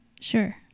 Sure